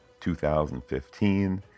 2015